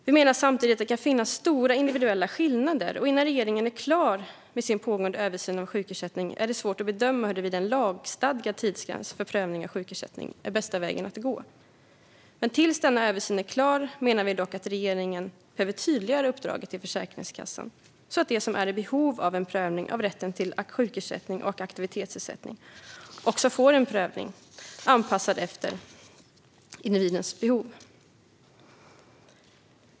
Vi menar att det samtidigt kan finnas stora individuella skillnader, och innan regeringen är klar med sin pågående översyn av sjukersättningen är det svårt att bedöma huruvida en lagstadgad tidsgräns för prövning av sjukersättning är bästa väg att gå. Tills denna översyn är klar behöver regeringen tydliggöra uppdraget till Försäkringskassan så att de som är i behov av en prövning av rätten till sjukersättning och aktivitetsersättning får en sådan prövning, anpassad efter individens behov.